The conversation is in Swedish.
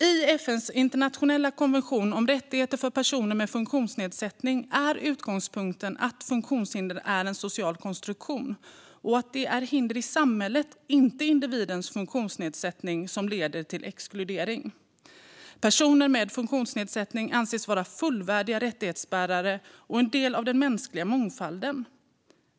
I FN:s internationella konvention om rättigheter för personer med funktionsnedsättning är utgångspunkten att funktionshinder är en social konstruktion och att det är hinder i samhället, inte individens funktionsnedsättning, som leder till exkludering. Personer med funktionsnedsättning anses vara fullvärdiga rättighetsbärare och en del av den mänskliga mångfalden.